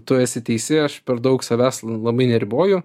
tu esi teisi aš per daug savęs labai neriboju